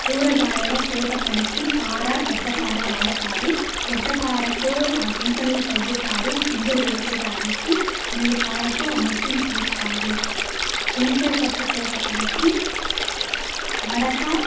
కూరగాయల తోట పనికి పార గడ్డపార వాడతారు గడ్డపారతో ఆ గుంతల్ని తవ్వుతారు గింజలు వేసేదానికి మళ్ళీపారతో ఆ మట్టిని తీస్తారు శనగకాయ పప్పు తోట పనికి మడక